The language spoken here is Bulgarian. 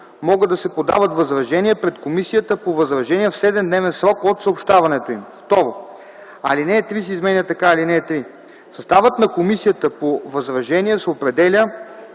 могат да се подават възражения пред Комисията по възражения в 7-дневен срок от съобщаването им.” 2. Алинея 3 се изменя така: „(3) Съставът на Комисията по възражения се определя